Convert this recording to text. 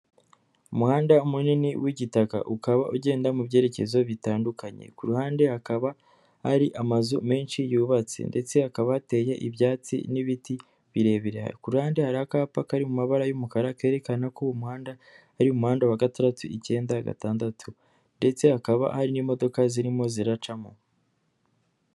Umuhanda munini w'igitaka, ukaba ugenda mu byerekezo bitandukanye, ku ruhande hakaba hari amazu menshi yubatse, ndetse hakaba hateye ibyatsi n'ibiti birebire. Ku ruhande hari akapa kari mu mabara y'umukara kerekana ko uwo umuhanda ari umuhanda wa gataradatu icyenda gatandatu ndetse hakaba hari n'imodoka zirimo ziracamo.